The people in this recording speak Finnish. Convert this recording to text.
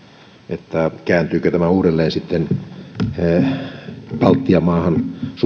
että kääntyykö tämä uudelleen sitten alkoholin tuontiin baltian maahan